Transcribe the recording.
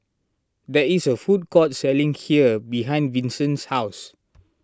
there is a food court selling Kheer behind Vinson's house